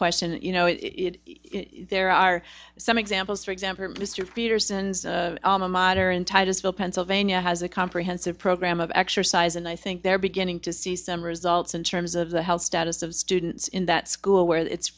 question you know there are some examples for example mr peterson's alma mater in titusville pennsylvania has a comprehensive program of exercise and i think they're beginning to see some results in terms of the health status of students in that school where it's